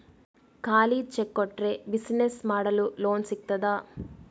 ಖಾಲಿ ಚೆಕ್ ಕೊಟ್ರೆ ಬಿಸಿನೆಸ್ ಮಾಡಲು ಲೋನ್ ಸಿಗ್ತದಾ?